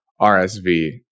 RSV